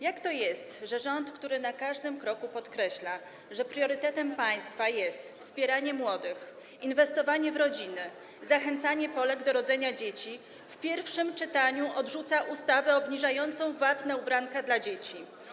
Jak to jest, że rząd, który na każdym kroku podkreśla, że priorytetem państwa jest wspieranie młodych, inwestowanie w rodzinę, zachęcanie Polek do rodzenia dzieci, w pierwszym czytaniu odrzuca ustawę obniżającą VAT na ubranka dla dzieci?